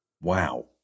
wow